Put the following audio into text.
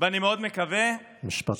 אני מאוד מקווה, משפט אחרון.